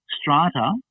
Strata